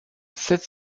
sept